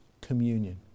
communion